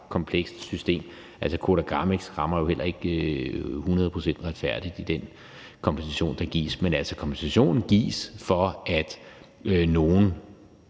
komplekst system. Koda, Gramex rammer jo heller ikke hundred procent retfærdigt i den kompensation, der gives, men kompensationen gives for, at nogle